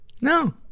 No